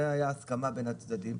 זאת הייתה ההסכמה בין הצדדים,